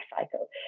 cycle